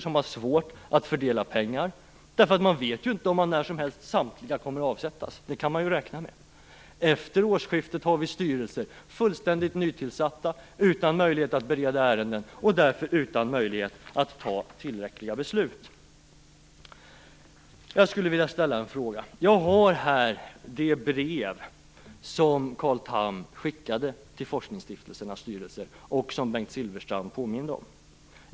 Det kan man ju räkna med. Efter årsskiftet har vi helt nytillsatta styrelser utan möjlighet att bereda ärenden och därför utan möjlighet att fatta tillräckliga beslut. Jag skulle vilja ställa en fråga. Här har jag det brev som Carl Tham skickade till forskningsstiftelsernas styrelser och som Bengt Silfverstrand påminde om.